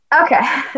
Okay